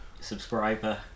subscriber